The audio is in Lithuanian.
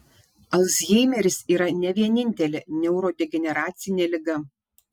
alzheimeris yra ne vienintelė neurodegeneracinė liga